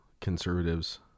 conservatives